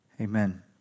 Amen